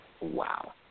Wow